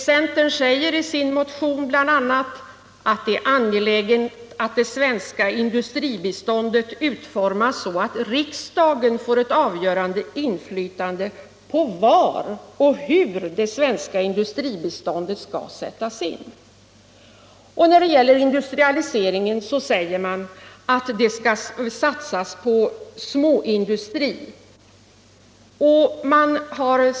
Centern säger i sin motion bl.a. att det är angeläget att det svenska industribiståndet ”utformas så att riksdagen får ett av görande inflytande på var och hur det svenska industribiståndet skall sättas in”. När det gäller industrialiseringen säger man att det skall satsas på småindustri.